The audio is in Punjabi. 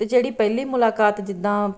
ਅਤੇ ਜਿਹੜੀ ਪਹਿਲੀ ਮੁਲਾਕਾਤ ਜਿੱਦਾਂ